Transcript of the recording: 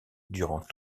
durant